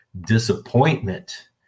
disappointment